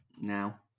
now